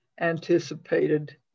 anticipated